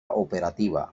operativa